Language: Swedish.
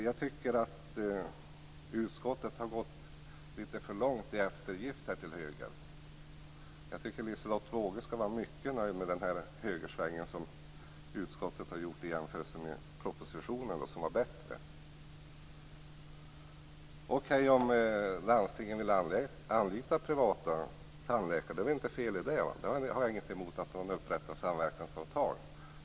Jag tycker att utskottet har gått litet för långt i eftergift till högern. Liselotte Wågö borde vara mycket nöjd med den högersväng som utskottet har gjort i jämförelse med propositionen, som jag tycker är bättre. Om landstingen vill anlita privata tandläkare är det inget fel i det - jag har inget emot att man upprättar samverkansavtal.